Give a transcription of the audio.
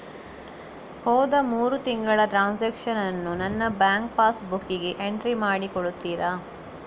ಹೋದ ಮೂರು ತಿಂಗಳ ಟ್ರಾನ್ಸಾಕ್ಷನನ್ನು ನನ್ನ ಬ್ಯಾಂಕ್ ಪಾಸ್ ಬುಕ್ಕಿಗೆ ಎಂಟ್ರಿ ಮಾಡಿ ಕೊಡುತ್ತೀರಾ?